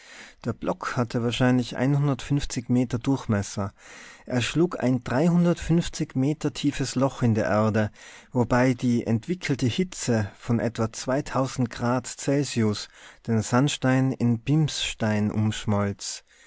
der block hatte wahrscheinlich meter durchmesser er schlug ein meter tiefes loch in die erde wobei die entwickelte hitze von etwa grad celsius den sandstein in bimsstein umschmolz